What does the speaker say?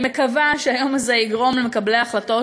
אני מקווה שהיום הזה יגרום למקבלי ההחלטות